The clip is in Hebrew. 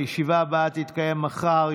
הישיבה הבאה תתקיים מחר,